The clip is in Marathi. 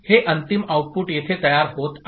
हे अंतिम आउटपुट येथे तयार होत आहे